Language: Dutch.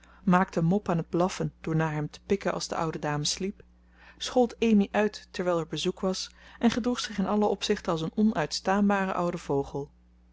maakte mop aan het blaffen door naar hem te pikken als de oude dame sliep schold amy uit terwijl er bezoek was en gedroeg zich in alle opzichten als een onuitstaanbare oude vogel